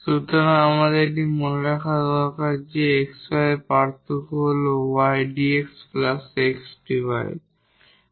সুতরাং এটি মনে রাখা দরকারী হতে পারে যে এই xy এর পার্থক্য হল y dx x dy